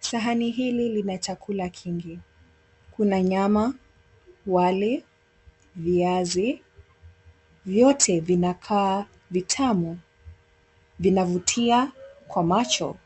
Sahani hili lina chakula kingi. Kuna nyama, wali, viazi. Vyote vinakaa vitamu. Vinavutia kwa macho.